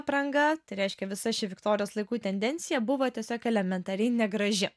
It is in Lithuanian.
apranga reiškia visa ši viktorijos laikų tendencija buvo tiesiog elementariai negraži